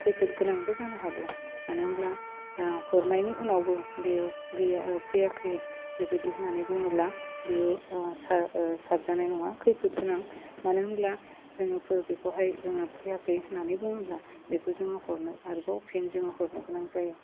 खैफोद गोनांबो जानो हागौ मानो होमब्ला ओह हरनायनि उनावबो बेयो गैया फैयाखै बेबायदि होन्नानै बुङोब्ला बेयो सा साबजानाय नङा खैफोद गोनां मानो होमब्ला जोङो बेखौहाय जोङो फैयाखै होन्नानै बुङोब्ला बेखौ जोङो हरनो आरोबाव फिन जोङो हरनो गोनां जायो